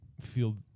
feel